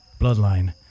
bloodline